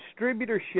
distributorship